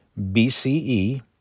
BCE